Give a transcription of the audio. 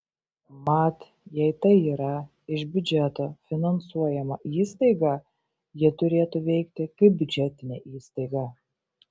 mat jei tai yra iš biudžeto finansuojama įstaiga ji turėtų veikti kaip biudžetinė įstaiga